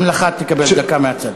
גם אתה תקבל דקה מהצד.